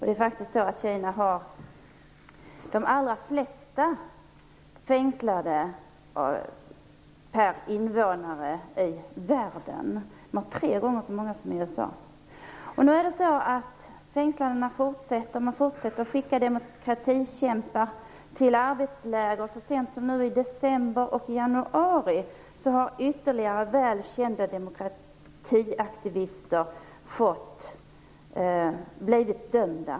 Det är faktiskt så att Kina har allra flest fängslade per invånare i världen, tre gånger så många som i USA. Fängslandena fortsätter. Man fortsätter att skicka demokratikämpar till arbetsläger. Så sent som i december och januari har ytterligare välkända demokratiaktivister blivit dömda.